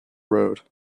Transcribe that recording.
road